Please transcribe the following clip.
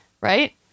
right